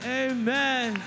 amen